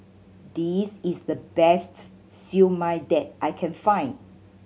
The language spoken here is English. this is the best Siew Mai that I can find